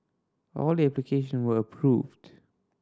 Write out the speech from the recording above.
all application were approved